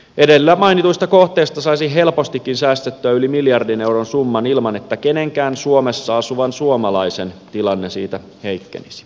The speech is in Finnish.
edellä mainituista kohteista saisi helpostikin säästettyä yli miljardin euron summan ilman että kenenkään suomessa asuvan suomalaisen tilanne siitä heikkenisi